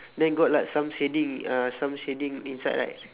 then got like some shading uh some shading inside right